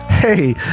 Hey